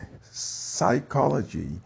psychology